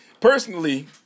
Personally